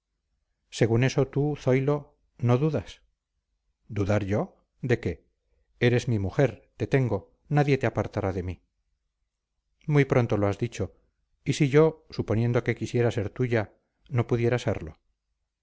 según eso tú zoilo no dudas dudar yo de qué eres mi mujer te tengo nadie te apartará de mí muy pronto lo has dicho y si yo suponiendo que quisiera ser tuya no pudiera serlo